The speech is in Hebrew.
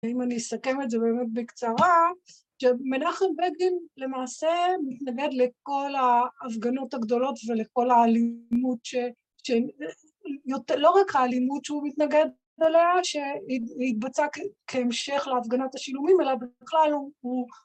‫ואם אני אסכם את זה באמת בקצרה, ‫שמנחם בגין למעשה מתנגד ‫לכל ההפגנות הגדולות ‫ולכל האלימות, ‫לא רק האלימות שהוא מתנגד אליה, ‫שהתבצעה כהמשך להפגנת השילומים, ‫אלא בכלל הוא...